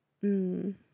mm